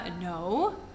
No